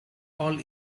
all